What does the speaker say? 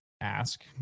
ask